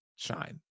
shine